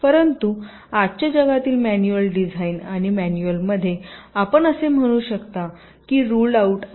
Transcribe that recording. परंतु आजच्या जगातील मॅन्युअल डिझाइन आणि मॅन्युअलमध्ये आपण असे म्हणू शकता की रुलड आऊट आहे